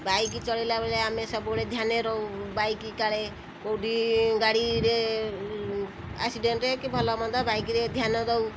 bike ଚଳାଇଲା ବେଳେ ଆମେ ସବୁବେଳେ ଧ୍ୟାନେରେ ରହୁ ବାଇକ୍ କାଳେ କେଉଁଠି ଗାଡ଼ିରେ ଆକ୍ସିଡ଼େଣ୍ଟ୍ କି ଭଲମନ୍ଦ ବାଇକ୍ରେ ଧ୍ୟାନ ଦେଉ